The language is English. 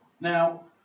Now